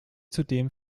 zudem